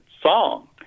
song